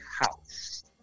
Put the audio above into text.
house